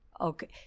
okay